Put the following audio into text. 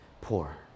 poor